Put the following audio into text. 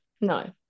No